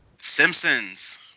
Simpsons